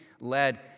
led